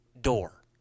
door